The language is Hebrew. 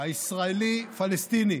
הישראלי פלסטיני,